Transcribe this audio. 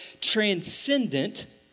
transcendent